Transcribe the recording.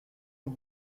aux